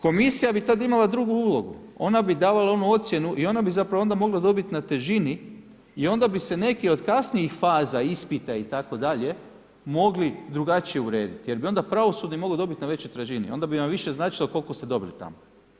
Komisija bi tad imala drugu ulogu, ona bi davala onu ocjenu i ona bi zapravo onda mogla dobit na težini i onda bi se neki od kasnijih faza ispita itd. mogli drugačije uredit jer bi onda pravosudni mogao dobiti na većoj tražini i onda bi vam više značilo koliko ste dobili tamo.